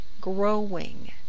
growing